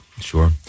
Sure